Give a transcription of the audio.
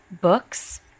books